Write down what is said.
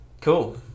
Cool